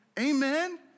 Amen